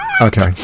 okay